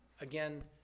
again